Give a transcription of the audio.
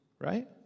right